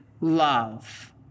love